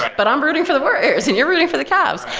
but i'm rooting for the warriors and you're rooting for the cavs.